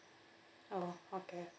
oh okay